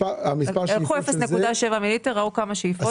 לקחו 0.7 מיליליטר וראו כמה שאיפות זה.